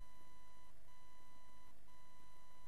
ישראל